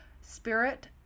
spirit